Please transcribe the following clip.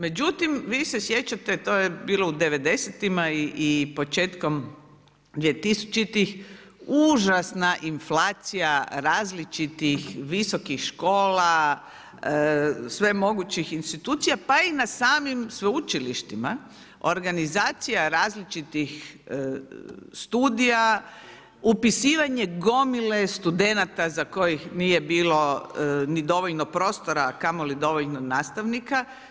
Međutim, vi se sjećate to je bilo u devedesetima i početkom dvije tisućitih užasna inflacija različitih visokih škola, sve mogućih institucija pa i na samim sveučilištima organizacija različitih studija, upisivanje gomile studenata za kojih nije bilo ni dovoljno prostora, a kamoli dovoljno nastavnika.